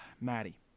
Maddie